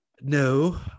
No